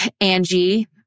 Angie